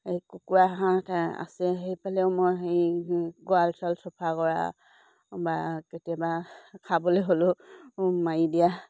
এই কুকুৰা হাঁহ আছে সেইফালেও মই সেই গঁৰাল ছৰাল চফা কৰা বা কেতিয়াবা খাবলৈ হ'লেও মাৰি দিয়া